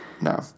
No